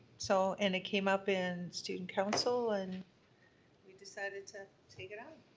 so and it came up in student council and we decided to take it on.